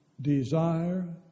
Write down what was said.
desire